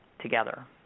together